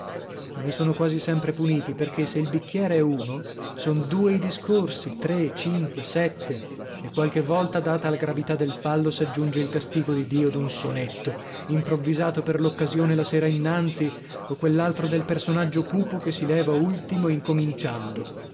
ma ne sono quasi sempre puniti perchè se il bicchiere è uno son due i discorsi tre cinque sette e qualche volta data la gravità del fallo s'aggiunge il castigo di dio d'un sonetto improvvisato per l'occasione la sera innanzi o quell'altro del personaggio cupo che si leva ultimo incominciando